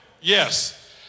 Yes